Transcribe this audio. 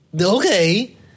Okay